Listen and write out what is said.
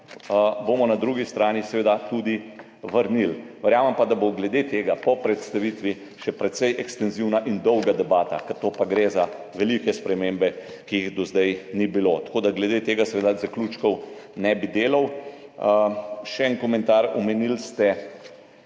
na drugi strani seveda tudi vrnili. Verjamem pa, da bo glede tega po predstavitvi še precej ekstenzivna in dolga debata, ker tu pa gre za velike spremembe, ki jih do zdaj ni bilo, tako da glede tega, seveda, zaključkov ne bi delal. Še en komentar, omenili ste,